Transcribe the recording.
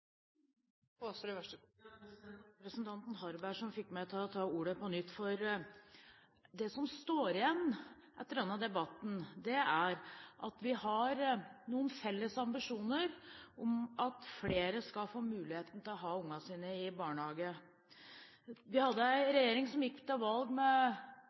Harberg som fikk meg til å ta ordet på nytt, for det som står igjen etter denne debatten, er at vi har noen felles ambisjoner om at flere skal få muligheten til å ha ungene sine i barnehage. Vi hadde en regjering som gikk til valg